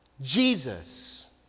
Jesus